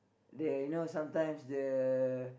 they are you know sometimes the